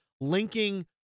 linking